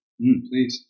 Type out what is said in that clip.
Please